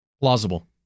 Plausible